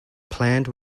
planned